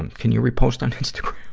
and can you report on instagram?